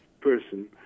person